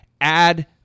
add